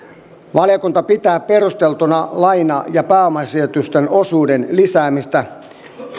valiokunta pitää perusteltuna laina ja pääomasijoitusten osuuden lisäämistä